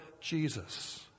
Jesus